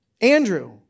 Andrew